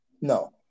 No